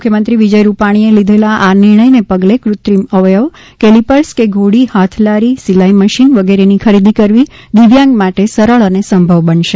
મુખ્યમંત્રી વિજય રૂપાણીએ લીધેલાં આ નિર્ણયને પગલે કૃત્રિમ અવયવ કેલિપર્સ કે ધોડી હાથલારી સિલાઇ મશીન વગેરેની ખરીદી કરવી દિવ્યાંગ માટે સરળ અને સંભવ બનશે